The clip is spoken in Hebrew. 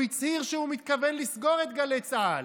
הוא הצהיר שהוא מתכוון לסגור את גלי צה"ל,